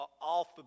off